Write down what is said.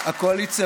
סגלוביץ'.